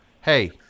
hey